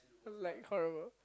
like horrible